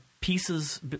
pieces